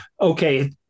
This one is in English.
okay